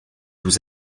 vous